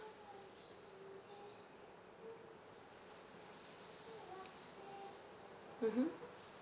mmhmm